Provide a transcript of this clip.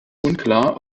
unklar